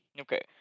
Okay